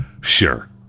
Sure